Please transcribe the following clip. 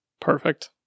Perfect